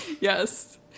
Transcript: Yes